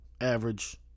average